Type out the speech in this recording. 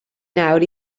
nawr